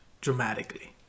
dramatically